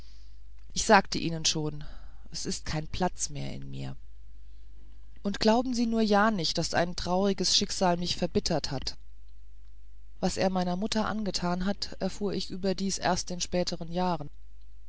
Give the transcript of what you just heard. ich sagte ihnen schon es ist kein platz mehr in mir und glauben sie nur ja nicht daß ein trauriges schicksal mich verbittert hat was er meiner mutter angetan hat erfuhr ich überdies erst in späteren jahren